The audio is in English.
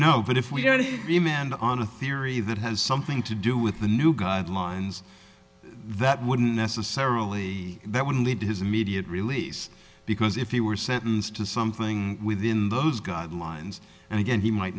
know but if we go to the man on a theory that has something to do with the new guidelines that wouldn't necessarily that would lead to his immediate release because if he were sentenced to something within those guidelines and again he might